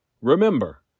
Remember